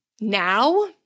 now